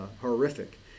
horrific